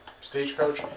stagecoach